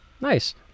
Nice